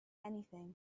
anything